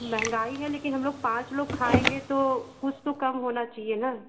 महंगाई है लेकिन हम लोग पाँच लोग खाएँगे तो कुछ तो कम होना चाहिए ना